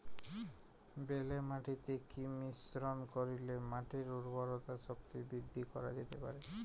বেলে মাটিতে কি মিশ্রণ করিলে মাটির উর্বরতা শক্তি বৃদ্ধি করা যেতে পারে?